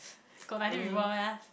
got nineteen people meh